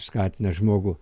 skatina žmogų